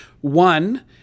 one